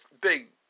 big